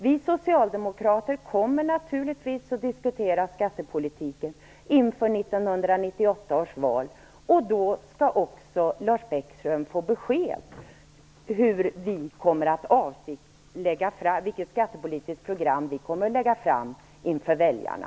Vi socialdemokrater kommer naturligtvis att diskutera skattepolitiken inför 1998 års val, och då skall också Lars Bäckström få besked om vilket skattepolitiskt program vi kommer att lägga fram inför väljarna.